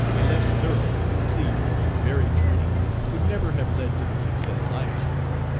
a less thorough, complete, or varied training would never have led to the success i achieved.